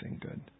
good